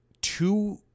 two